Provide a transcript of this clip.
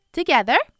Together